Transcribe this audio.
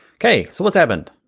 okay, so what's happened?